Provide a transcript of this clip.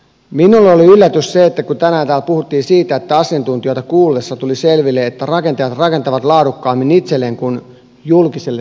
minulle oli yllätys se kun tänään täällä puhuttiin siitä että asiantuntijoita kuullessa tuli selville että rakentajat rakentavat laadukkaammin itselleen kuin julkiselle sektorille